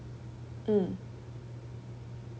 mm